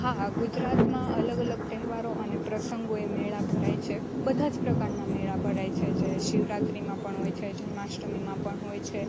હા ગુજરાતમાં અલગ અલગ તહેવારો અને પ્રસંગોએ મેળા ભરાય છે બધા જ પ્રકારના મેળા ભરાય છે જે શિવરાત્રીમાં પણ હોય છે જન્માષ્ટમીમાં પણ હોય છે